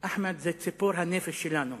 "אחמד, זה ציפור הנפש שלנו",